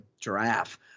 giraffe